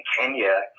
Kenya